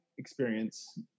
experience